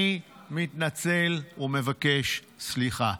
אני מתנצל ומבקש סליחה.